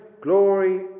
glory